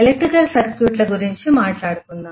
electrical సర్క్యూట్ల గురించి మాట్లాడుకుందాం